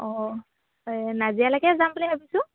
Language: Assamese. অঁ এই নাজিৰালৈকে যাম বুলি ভাবিছোঁ